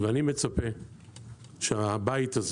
ואני מצפה שהבית הזה